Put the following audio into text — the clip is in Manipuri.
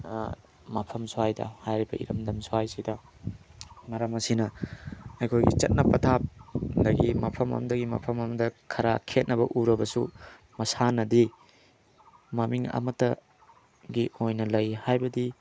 ꯃꯐꯝ ꯁ꯭ꯋꯥꯏꯗ ꯍꯥꯏꯔꯤꯕ ꯏꯔꯝꯗꯝ ꯁ꯭ꯋꯥꯏꯁꯤꯗ ꯃꯔꯝ ꯑꯁꯤꯅ ꯑꯩꯈꯣꯏꯒꯤ ꯆꯠꯅ ꯄꯊꯥꯞ ꯑꯗꯨꯗꯒꯤ ꯃꯐꯝ ꯑꯝꯗꯒꯤ ꯃꯐꯝ ꯑꯝꯗ ꯈꯔ ꯈꯦꯅꯕ ꯎꯔꯕꯁꯨ ꯃꯁꯥꯟꯅꯗꯤ ꯃꯃꯤꯡ ꯑꯃꯠꯇꯒꯤ ꯑꯣꯏꯅ ꯂꯩ ꯍꯥꯏꯕꯗꯤ